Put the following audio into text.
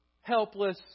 helpless